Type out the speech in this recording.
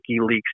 WikiLeaks